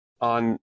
on